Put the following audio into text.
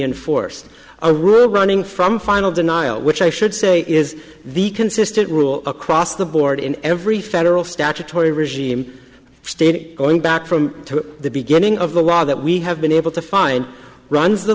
enforced a rule running from final denial which i should say is the consistent rule across the board in every federal statutory regime state going back from the beginning of the law that we have been able to find runs the